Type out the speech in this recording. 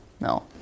No